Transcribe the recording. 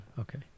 Okay